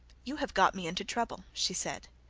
you have got me into trouble she said.